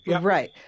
right